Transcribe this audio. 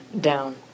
down